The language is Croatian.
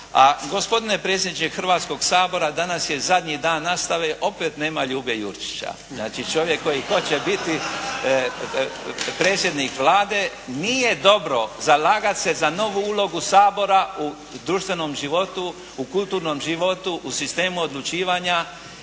A gospodine predsjedniče Hrvatskoga sabora, danas je zadnji dan nastave, opet nema Ljube Jurčića. Znači, čovjek koji hoće biti predsjednik Vlade nije dobro zalagati se za novu ulogu Sabora u društvenom životu, kulturnom životu, u sistemu odlučivanja